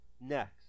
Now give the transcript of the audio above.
Next